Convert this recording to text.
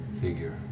figure